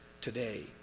today